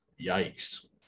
Yikes